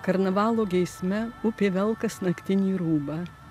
karnavalo geisme upė velkas naktinį rūbą